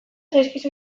zaizkizu